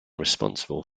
responsible